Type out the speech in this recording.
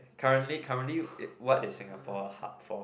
currently currently what is Singapore hub for